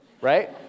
right